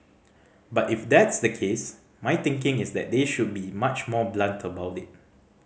but if that's the case my thinking is that they should be much more blunt about it